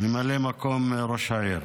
ממלא מקום ראש העיר.